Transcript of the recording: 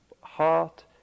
heart